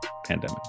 pandemic